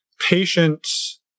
patience